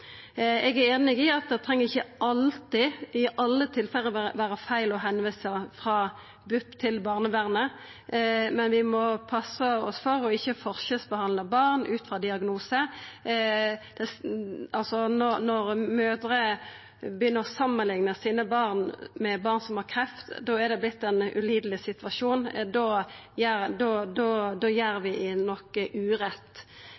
Eg er einig i at det treng ikkje alltid, i alle tilfelle, vera feil å visa frå BUP til barnevernet, men vi må passa oss for å ikkje forskjellsbehandla barn ut frå diagnose. Når mødrer begynner å samanlikna barna sine med barn som har kreft, har det vorte ein ulideleg situasjon – da gjer